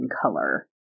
color